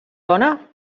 dona